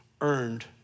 earned